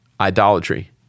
idolatry